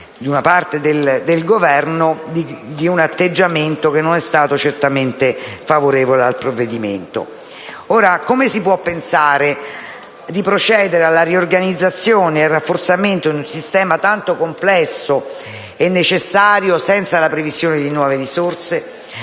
di una parte del Governo non certamente favorevole al provvedimento. Come si può pensare di procedere alla riorganizzazione e al rafforzamento di un sistema tanto complesso e necessario senza la previsione di nuove risorse?